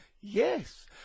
Yes